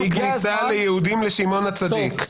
אין כניסה ליהודים לשמעון הצדיק.